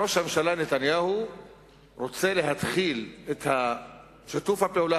ראש הממשלה נתניהו רוצה להתחיל את שיתוף הפעולה